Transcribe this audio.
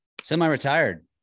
Semi-retired